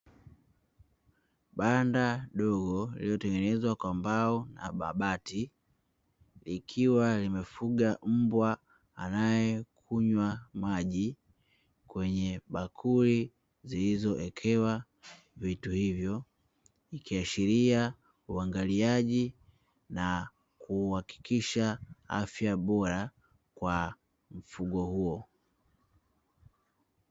Banda dogo lililotengenezwa kwa mbao na kwa mabati likiwa linafuga mbwa anayekunywa maji kwenye bakuli zilizowekewa vitu hivyo ikiashiria uangaliaji na kuhakikisha afya bora kwa mfugo huo.